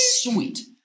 Sweet